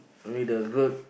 maybe the road